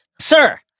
Sir